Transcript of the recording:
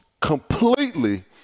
completely